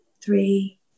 three